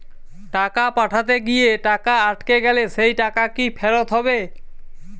টাকা পাঠাতে গিয়ে টাকা আটকে গেলে সেই টাকা কি ফেরত হবে?